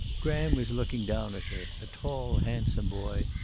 graham was looking down at her, a tall, handsome boy,